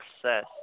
success